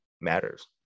matters